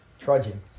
trudging